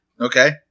Okay